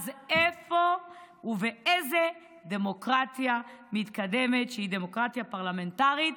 אז איפה ובאיזו דמוקרטיה מתקדמת שהיא דמוקרטיה פרלמנטרית